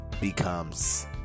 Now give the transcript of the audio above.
becomes